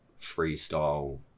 freestyle